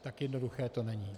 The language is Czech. Tak jednoduché to není.